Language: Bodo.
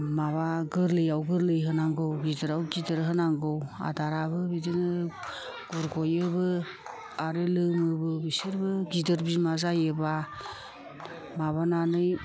माबा गोरलैयाव गोरलै होनांगौ गिदिराव गिदिर होनांगौ आदाराबो बिदिनो गुरग'योबो आरो लोङोबो बिसोरबो गिदिर बिमा जायोबा माबानानै